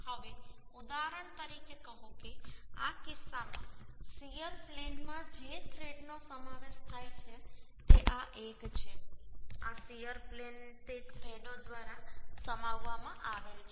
હવે ઉદાહરણ તરીકે કહો કે આ કિસ્સામાં શીયર પ્લેનમાં જે થ્રેડનો સમાવેશ થાય છે તે આ એક છે આ શીયર પ્લેન તે થ્રેડો દ્વારા સમાવવામાં આવેલ છે